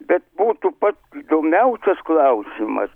bet būtų pats įdomiausias klausimas